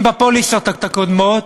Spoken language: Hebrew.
אם בפוליסות הקודמות,